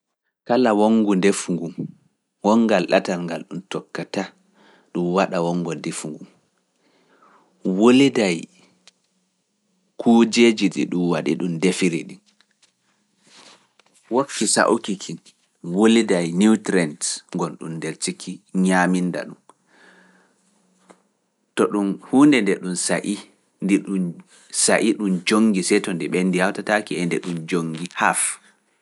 Kala wonngu ndefu ngu, wonngal ɗatal ngal ɗum tokkata, ɗum waɗa wonngo ndefu ngu, wulidaa kuujeji ɗi ɗam ndiyam